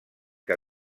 que